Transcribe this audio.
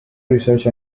research